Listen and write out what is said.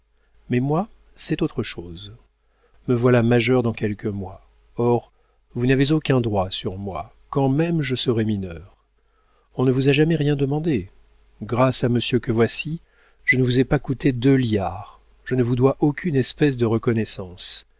mais moi c'est autre chose me voilà majeur dans quelques mois or vous n'avez aucun droit sur moi quand même je serais mineur on ne vous a jamais rien demandé grâce à monsieur que voici je ne vous ai pas coûté deux liards je ne vous dois aucune espèce de reconnaissance